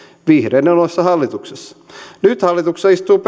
vihreiden ollessa hallituksessa nyt hallituksessa istuu